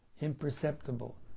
imperceptible